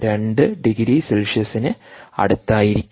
02 degree സെൽഷ്യസിന് അടുത്തായിരിക്കും